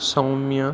Soumya